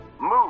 Move